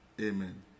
Amen